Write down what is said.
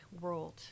world